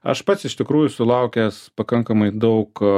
aš pats iš tikrųjų sulaukęs pakankamai daug